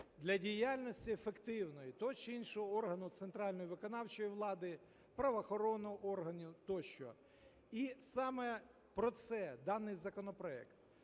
для діяльності ефективної того чи іншого органу центральної виконавчої влади, правоохоронних органів тощо, і саме про це даний законопроект.